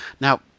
Now